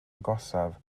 agosaf